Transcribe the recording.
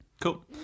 Cool